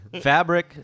Fabric